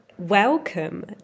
Welcome